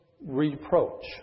reproach